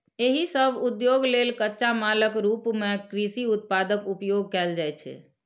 एहि सभ उद्योग लेल कच्चा मालक रूप मे कृषि उत्पादक उपयोग कैल जाइ छै